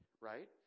Right